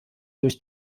durch